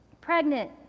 pregnant